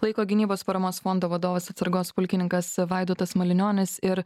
laiko gynybos paramos fondo vadovas atsargos pulkininkas vaidotas malinionis ir